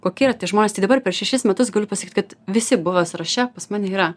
kokie yra tie žmonės tai dabar per šešis metus galiu pasakyt kad visi buvę sąraše pas mane yra